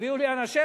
הביאו לי אנשיך,